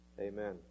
Amen